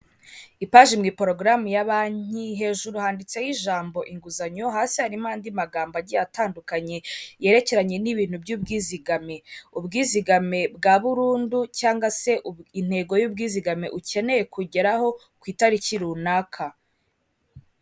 Ipaji mu iporogaramu ya banki, hejuru handitseho ijambo inguzanyo hasi harimo andi magambo agiye atandukanye yerekeranye n'ibintu by'ubwizigame, ubwizigame bwa burundu cyangwa se intego y'ubwizigame ukeneye kugeraho ku itariki runaka.